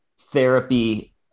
therapy